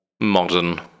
modern